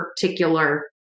particular